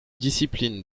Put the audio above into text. discipline